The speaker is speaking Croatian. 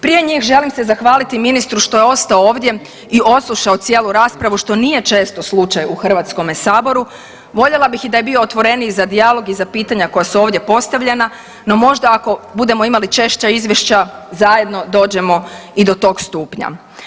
Prije njih želim se zahvaliti ministru što je ostao ovdje i odslušao cijelu raspravu što nije često slučaj u HS-u, voljela bih i da je bio otvoreniji za dijalog i za pitanja koja su ovdje postavljena, no možda ako budemo imali češća izvješća zajedno dođemo i do tog stupnja.